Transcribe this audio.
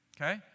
Okay